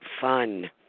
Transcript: fun